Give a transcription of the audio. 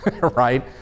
right